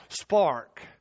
spark